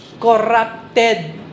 Corrupted